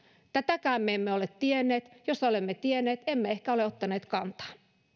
tätäkään me emme ole tienneet jos olemme tienneet emme ehkä ole ottaneet kantaa